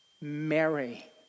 Mary